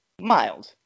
mild